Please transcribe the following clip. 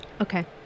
Okay